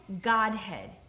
Godhead